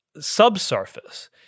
subsurface